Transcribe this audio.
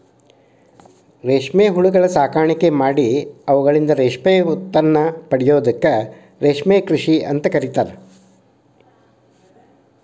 ರೇಷ್ಮೆ ಹುಳಗಳ ಸಾಕಾಣಿಕೆ ಮಾಡಿ ಅವುಗಳಿಂದ ರೇಷ್ಮೆ ಉತ್ಪನ್ನ ಪಡೆಯೋದಕ್ಕ ರೇಷ್ಮೆ ಕೃಷಿ ಅಂತ ಕರೇತಾರ